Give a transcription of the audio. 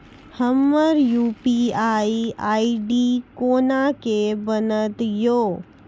हमर UPI ID कोना के बनत यो?